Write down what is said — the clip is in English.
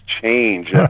change